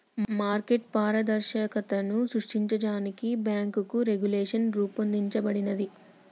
market పారదర్శకతను సృష్టించడానికి bank regulation రూపొందించబడినాది